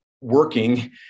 working